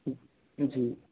जी